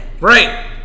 Right